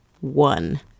one